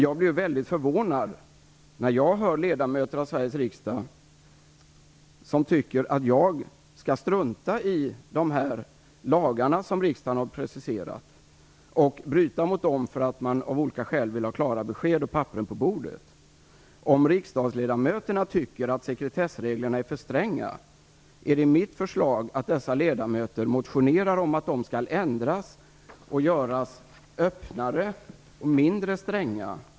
Jag blir väldigt förvånad när jag hör ledamöter av Sveriges riksdag som tycker att jag skall strunta i de lagar som riksdagen har preciserat och bryta mot dem för att man av olika skäl vill ha klara besked och papperna på bordet. Om riksdagsledamöterna tycker att sekretessreglerna är för stränga är det mitt förslag att dessa ledamöter motionerar om att de skall ändras och göras öppnare och mindre stränga.